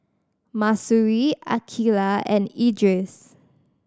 Mahsuri Aqeelah and Idris